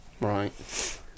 Right